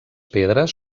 pedres